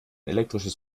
elektrisches